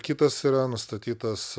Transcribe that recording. kitas yra nustatytas